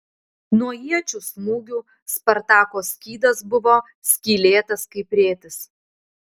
nuo iečių smūgių spartako skydas buvo skylėtas kaip rėtis